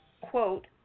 quote